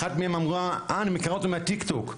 אחת מהן אמרה אה, אני מכירה אותו מהטיק טוק.